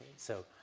so,